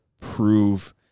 prove